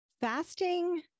fasting